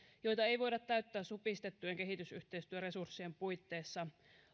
joita ei voida täyttää supistettujen kehitysyhteistyöresurssien puitteissa